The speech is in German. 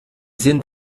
sind